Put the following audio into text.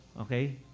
Okay